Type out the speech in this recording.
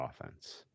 offense